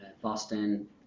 Boston